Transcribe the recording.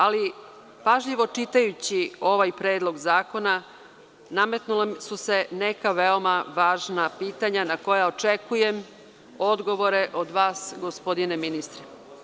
Ali, pažljivo čitajući ovaj predlog zakona, nametnula su se neka veoma važna pitanja na koja očekujem odgovore od vas, gospodine ministre.